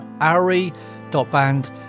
Ari.band